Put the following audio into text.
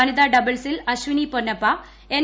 വനിതാ ഡബിൾസിൽ അശ്വിനി പൊന്നപ്പ എൻ